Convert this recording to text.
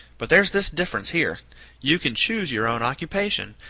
but there's this difference, here you can choose your own occupation,